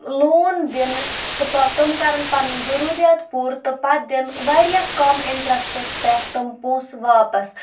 لون دِنہٕ تہٕ تِم کرن پَنٕنۍ ضروٗرت پوٗرٕ تہٕ پَتہٕ دِنۍ واریاہ کَم اِنٹرسٹس پٮ۪ٹھ تِم پونسہٕ واپَس